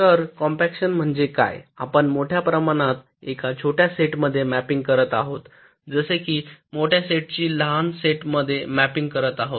तर कॉम्पॅक्शन म्हणजे काय आपण मोठ्या प्रमाणात एका छोट्या सेटमध्ये मॅपिंग करीत आहोत जसे कि मोठ्या सेटची लहान सेट मध्ये मॅपिंग करत आहोत